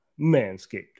Manscaped